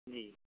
जी